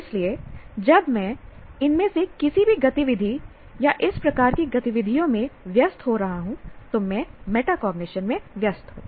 इसलिए जब मैं इनमें से किसी भी गतिविधि या इस प्रकार की गतिविधियों में व्यस्त हो रहा हूं तो मैं मेटाकॉग्निशन में व्यस्त हूं